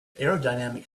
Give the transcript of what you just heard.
aerodynamic